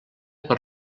per